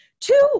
two